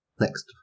Next